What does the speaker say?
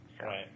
Right